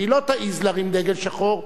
שהיא לא תעז להרים דגל שחור,